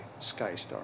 Skystar